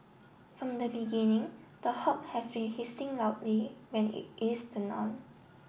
from the beginning the hob has been hissing loudly when it is turned on